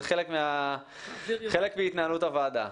זה חלק מהתנהלות הוועדה.